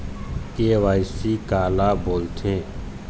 KYC काला बोलथें?